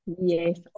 Yes